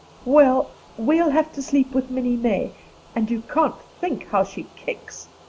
well, we'll have to sleep with minnie may and you can't think how she kicks.